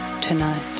Tonight